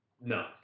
No